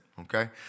okay